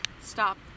stop